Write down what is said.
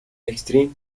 extreme